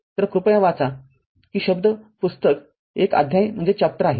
तर कृपया वाचा की शब्द पुस्तक एक अध्याय आहे